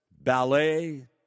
ballet